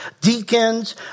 deacons